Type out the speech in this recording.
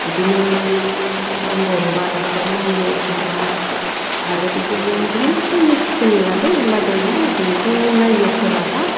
बिदिनो बर' रादाबफोर नायो एखमब्ला आरो बिदिनो गुबुन गुबुन निउस चेनेलाथ' मेरला दङ जोङोथ' नायनो सोलाबा